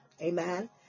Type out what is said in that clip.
amen